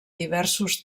diversos